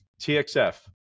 TXF